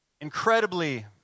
Incredibly